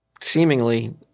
seemingly